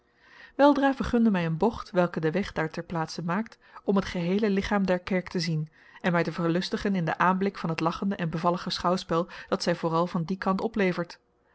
weldra vergunde mij een bocht welke de weg daar ter plaatse maakt om het geheele lichaam der kerk te zien en mij te verlustigen in den aanblik van het lachende en bevallige schouwspel dat zij vooral van dien kant oplevert